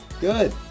good